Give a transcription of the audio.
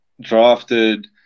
drafted